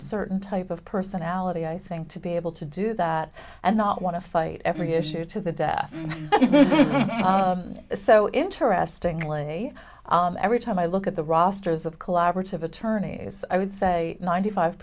a certain type of personality i think to be able to do that and not want to fight every issue to the death so interestingly every time i look at the rosters of collaborative attorneys i would say ninety five